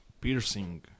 piercing